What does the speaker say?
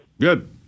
Good